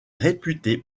réputé